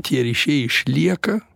tie ryšiai išlieka